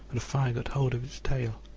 for the friar got hold of its tail,